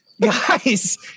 Guys